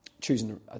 choosing